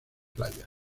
playas